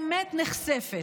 האמת נחשפת.